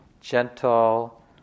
gentle